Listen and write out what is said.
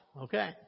Okay